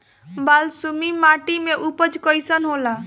बालसुमी माटी मे उपज कईसन होला?